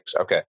Okay